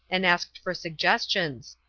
and asked for suggestions.